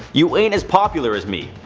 you ain't as popular as me.